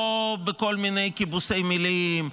לא בכל מיני כיבוסי מילים,